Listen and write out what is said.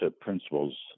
principles